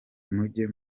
mujye